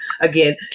Again